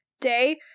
day